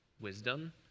wisdom